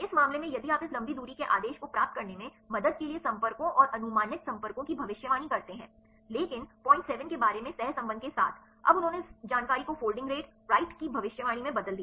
इस मामले में यदि आप इस लंबी दूरी के आदेश को प्राप्त करने में मदद के लिए संपर्कों और अनुमानित संपर्कों की भविष्यवाणी करते हैं लेकिन 07 के बारे में सहसंबंध के साथ अब उन्होंने इस जानकारी को फोल्डिंग रेट राइट की भविष्यवाणी में बदल दिया